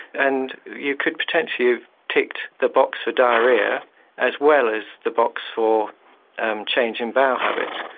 and you could potentially have ticked the box for diarrhoea as well as the box for change in bowel habits,